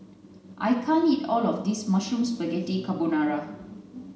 I can't eat all of this Mushroom Spaghetti Carbonara